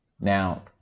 Now